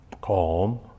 calm